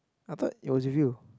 I thought it was with you